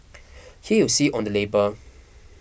here you see on the label